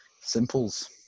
Simples